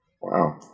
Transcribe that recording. Wow